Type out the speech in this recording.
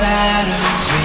Saturday